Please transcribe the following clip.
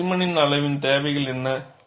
specimen அளவின் தேவைகள் என்ன